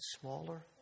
smaller